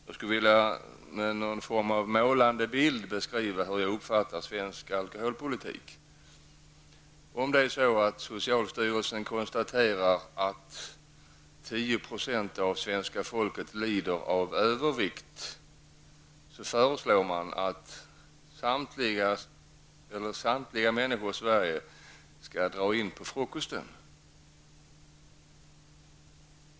Jag skulle vilja beskriva hur jag uppfattar svensk alkoholpolitik med följande målande bild: Om socialstyrelsen konstaterar att 10 % av svenska folket lider av övervikt, kommer det förslag om att samtliga människor i Sverige skall dra in på frukosten.